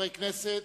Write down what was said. חברי כנסת,